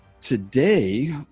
Today